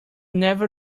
never